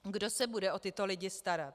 Kdo se bude o tyto lidi starat?